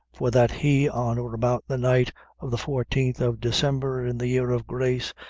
for that he, on or about the night of the fourteenth of december, in the year of grace,